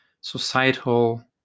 societal